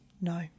no